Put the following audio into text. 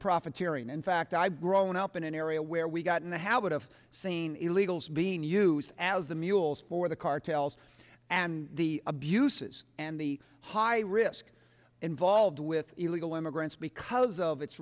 profiteering in fact i've grown up in an area where we got in the habit of saying illegals being used as the mules for the cartels and the abuses and the high risk involved with illegal immigrants because of its